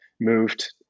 Moved